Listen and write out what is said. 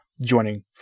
Joining